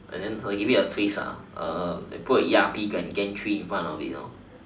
and then so I'll give it a twist I'll put a E_R_P gantry in front of it